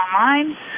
online